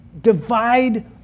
Divide